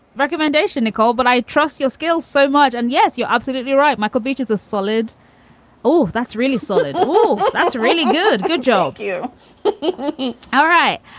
recommendation, nicole, but i trust your skills so much. and yes, you're absolutely right. michael beach is a solid oh, that's really solid. oh, that's really good. good job. you all right?